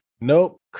Nope